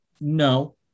No